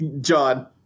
John